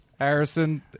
Harrison